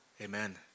Amen